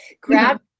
grab